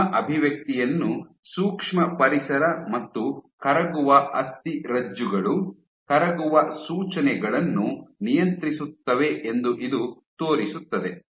ಅಂತಿಮ ಅಭಿವ್ಯಕ್ತಿಯನ್ನು ಸೂಕ್ಷ್ಮ ಪರಿಸರ ಮತ್ತು ಕರಗುವ ಅಸ್ಥಿರಜ್ಜುಗಳು ಕರಗುವ ಸೂಚನೆಗಳನ್ನು ನಿಯಂತ್ರಿಸುತ್ತವೆ ಎಂದು ಇದು ತೋರಿಸುತ್ತದೆ